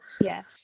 Yes